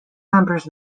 members